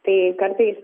tai kartais